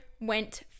went